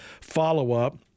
Follow-up